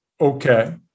okay